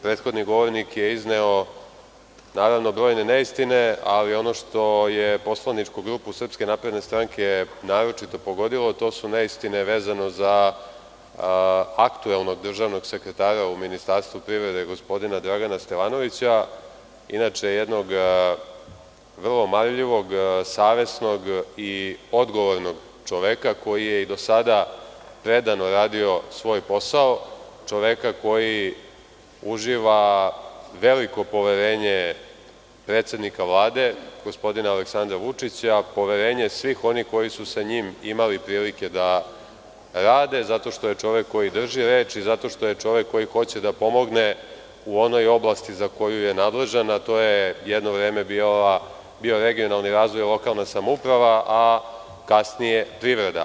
Prethodni govornik je izneo, naravno, brojne neistine, ali ono što je poslaničku grupu SNS naročito pogodilo, to su neistine vezano za aktuelnog državnog sekretara u Ministarstvu privrede gospodina Dragana Stevanovića, inače jednog vrlo marljivog, savesnog i odgovornog čoveka, koji je i do sada predano radio svoj posao, čoveka koji uživa veliko poverenje predsednika Vlade gospodina Aleksandra Vučića, poverenje svih onih koji su sa njim imali prilike da rade, zato što je čovek koji drži reč i zato što je čovek koji hoće da pomogne u onoj oblasti za koju je nadležan, a to je jedno vreme bio regionalni razvoj i lokalna samouprava, a kasnije privreda.